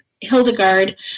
Hildegard